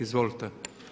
Izvolite.